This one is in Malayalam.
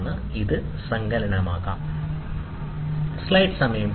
ഇത് സങ്കലനമാകാം കുറയ്ക്കാം